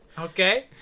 Okay